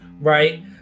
right